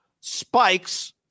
spikes